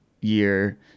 year